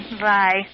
Bye